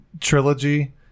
trilogy